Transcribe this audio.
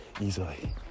easily